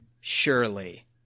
surely